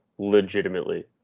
legitimately